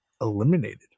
eliminated